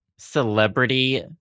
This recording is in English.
celebrity